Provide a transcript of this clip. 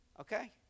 Okay